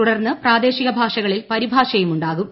തുടർന്ന് പ്രാദേശിക ഭാഷകളിൽ പരിഭാഷയും ഉണ്ടാകും